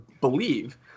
believe